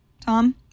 Tom